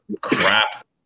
crap